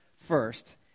first